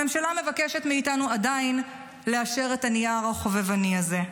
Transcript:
הממשלה עדיין מבקשת מאיתנו לאשר את הנייר החובבני הזה.